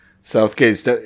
Southgate